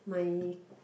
my